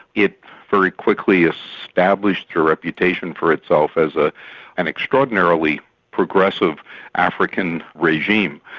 it very quickly established a reputation for itself as ah an extraordinarily progressive african regime.